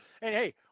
Hey